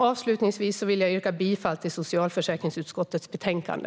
Avslutningsvis vill jag yrka bifall till förslaget i socialförsäkringsutskottets betänkande.